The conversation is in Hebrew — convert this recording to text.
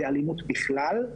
זו אלימות בכלל.